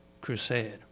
crusade